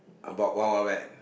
about Wild-Wild-Wet